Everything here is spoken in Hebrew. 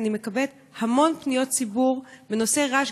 אני מקבלת המון פניות ציבור בנושאי רעש,